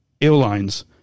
airlines